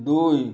ଦୁଇ